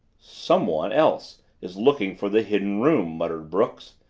someone else is looking for the hidden room! muttered brooks,